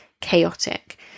chaotic